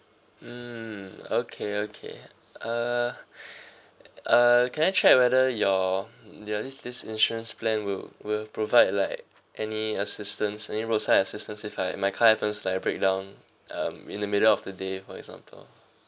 mm okay okay uh err can I check whether your mm your this this insurance plan will will provide like any assistance any roadside assistance if like my car happens to like breakdown um in the middle of the day for example